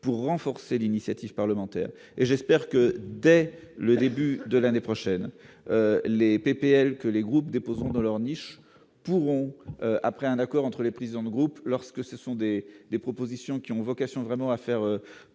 pour renforcer l'initiative parlementaire, et j'espère que dès le début de l'année prochaine les PPL que les groupes déposeront dans leur niche pourront après un accord entre les présidents de groupe, lorsque ce sont des des propositions qui ont vocation vraiment à faire